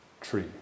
tree